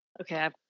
okay